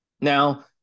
Now